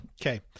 Okay